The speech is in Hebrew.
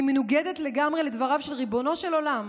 והיא מנוגדת לגמרי לדבריו של ריבונו של עולם,